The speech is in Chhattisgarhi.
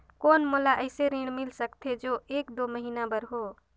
कौन मोला अइसे ऋण मिल सकथे जो एक दो महीना बर हो?